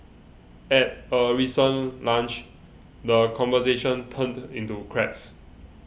at a recent lunch the conversation turned into crabs